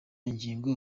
ingingo